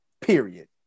period